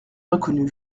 reconnu